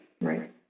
Right